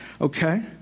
okay